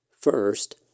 First